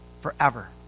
forever